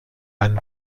einen